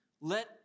let